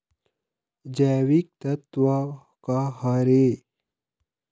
जैविकतत्व का हर ए?